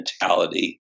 mentality